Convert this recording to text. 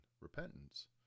repentance